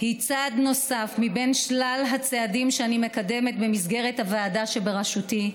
היא צעד נוסף מבין שלל הצעדים שאני מקדמת במסגרת הוועדה שבראשותי,